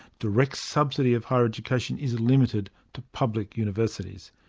direct subsidy of higher education is limited to public universities.